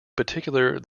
particular